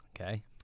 Okay